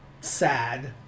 Sad